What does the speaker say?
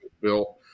built